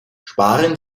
sparen